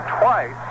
twice